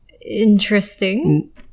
interesting